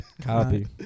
Copy